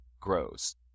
grows